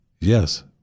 Yes